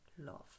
love